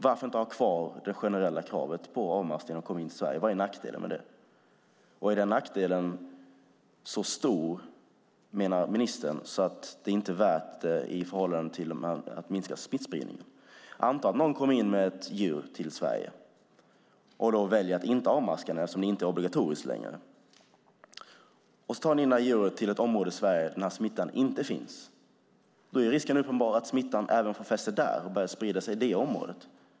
Varför inte ha kvar det generella kravet på avmaskning när de kommer till Sverige? Vad är nackdelen med det? Är den nackdelen så stor, menar ministern, att det inte är värt det för att minska smittspridningen? Anta att någon kommer in med ett djur till Sverige och då väljer att inte avmaska det eftersom det inte är obligatoriskt längre. Denna person tar detta djur till ett område i Sverige där smittan inte finns. Då är risken uppenbar att smittan även får fäste där och börjar sprida sig i detta område.